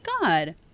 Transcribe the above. God